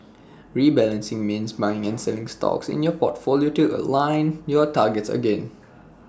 rebalancing means buying and selling stocks in your portfolio to realign your targets again